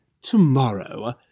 tomorrow